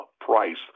price